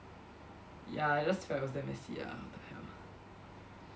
ya I just felt it was damn messy ah what the hell